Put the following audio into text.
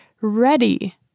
ready